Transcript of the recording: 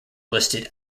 listed